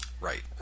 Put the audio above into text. Right